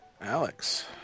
Alex